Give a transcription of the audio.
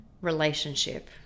relationship